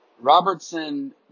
Robertson